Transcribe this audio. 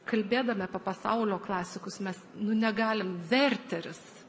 kalbėdami apie pasaulio klasikus mes nu negalim verteris